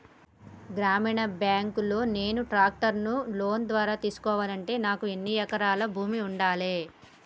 గ్రామీణ బ్యాంక్ లో నేను ట్రాక్టర్ను లోన్ ద్వారా తీసుకోవాలంటే నాకు ఎన్ని ఎకరాల భూమి ఉండాలే?